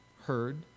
heard